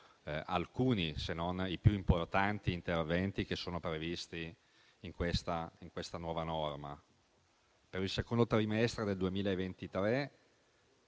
alcuni fra i più importanti interventi che sono previsti in questa nuova norma. Per il secondo trimestre del 2023